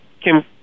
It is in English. Kim